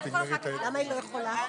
למה היא לא יכולה?